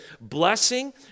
blessing